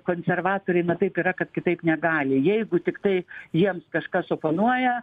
konservatoriai taip yra kad kitaip negali jeigu tiktai jiems kažkas oponuoja